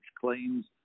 claims